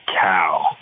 cow